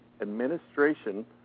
administration